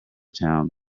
town